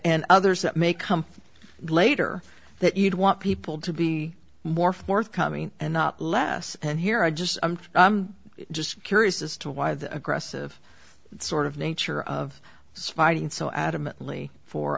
and others that may come later that you'd want people to be more forthcoming and not less and here i just i'm just curious as to why the aggressive sort of nature of this fighting so adamantly for